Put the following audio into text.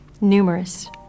Numerous